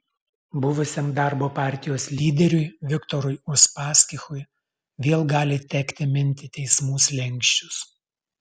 buvusiam darbo partijos lyderiui viktorui uspaskichui vėl gali tekti minti teismų slenksčius